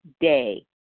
day